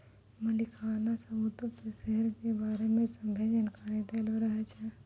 मलिकाना सबूतो पे शेयरो के बारै मे सभ्भे जानकारी दैलो रहै छै